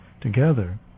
together